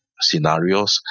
scenarios